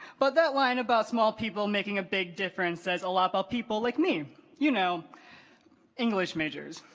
but that line about small people making a big difference says a lot of people like me you know english majors